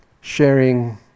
sharing